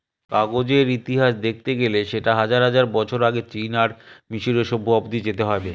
কাগজের ইতিহাস দেখতে গেলে সেটা হাজার হাজার বছর আগে চীন আর মিসরীয় সভ্য অব্দি যেতে হবে